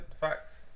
facts